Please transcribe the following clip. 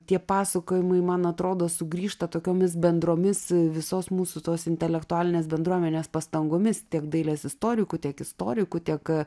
tie pasakojimai man atrodo sugrįžta tokiomis bendromis visos mūsų tos intelektualinės bendruomenės pastangomis tiek dailės istorikų tiek istorikų tiek